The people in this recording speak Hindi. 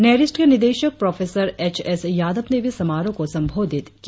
नेरिस्ट के निदेशक प्रोफेसर एच एस यादव ने भी समारोह को संबोधित किया